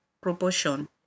proportion